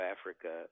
Africa